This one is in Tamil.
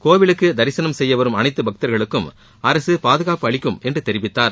கோவிலுக்கு தரினம் செய்ய வரும் அனைத்து பக்தர்களுக்கும் அரசு பாதுகாப்பு அளிக்கும் என்று தெரிவித்தார்